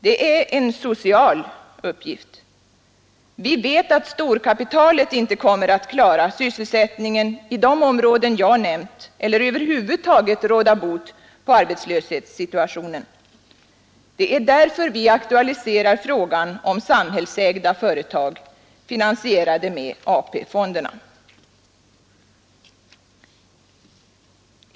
Det är en social uppgift. Vi vet att storkapitalet inte kommer att klara sysselsättningen i de områden jag nämnt eller över huvud taget råda bot på arbetslöshetssituationen. Det är därför vi aktualiserar frågan om samhällsägda företag finansierade med AP-fonderna.